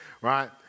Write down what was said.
Right